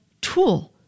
tool